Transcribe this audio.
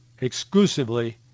exclusively